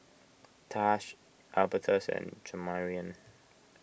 Taj Albertus and Jamarion